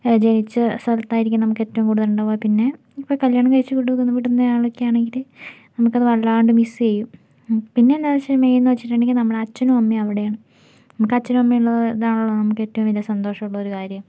ജനിച്ച സ്ഥലത്തായിരിക്കും നമുക്കേറ്റവും കൂടുതൽ ഉണ്ടാവുക പിന്നെ ഇപ്പോൾ കല്ല്യാണം കഴിച്ചു കൊണ്ടു വിടുന്നത് ആളൊക്കെയാണെങ്കിൽ നമുക്കത് വല്ലാണ്ട് മിസ്സ് ചെയ്യും പിന്നെയെന്താണെന്നു വച്ചാൽ മെയിൻ എന്ന് വച്ചിട്ടുണ്ടെങ്കിൽ നമ്മുടെ അച്ഛനും അമ്മയും അവിടെയാണ് നമുക്ക് അച്ഛനും അമ്മയും ഉള്ള ഇതാണല്ലോ നമുക്ക് ഏറ്റവും വലിയ സന്തോഷമുള്ളൊരു കാര്യം